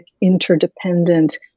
interdependent